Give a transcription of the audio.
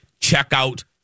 checkout